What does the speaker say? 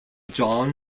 john